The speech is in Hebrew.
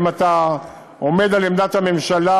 האם אתה עומד על עמדת הממשלה,